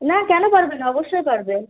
না কেন পারবে না অবশ্যই পারবে